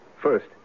First